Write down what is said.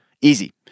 Easy